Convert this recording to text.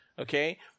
Okay